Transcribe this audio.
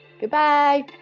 Goodbye